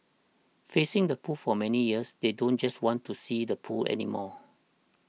facing the pool for many years they do just want to see the pool anymore